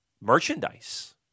merchandise